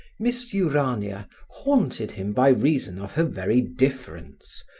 miss urania haunted him by reason of her very difference,